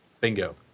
Bingo